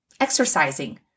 exercising